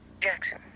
Jackson